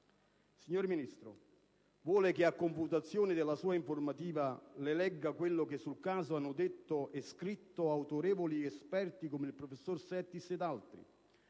Signor Ministro, vuole che a confutazione della sua informativa le legga quello che sul caso hanno detto e scritto autorevoli esperti, come il professor Settis ed altri?